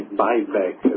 buyback